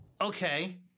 Okay